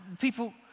people